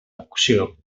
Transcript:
cocció